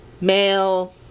male